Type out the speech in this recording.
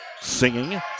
singing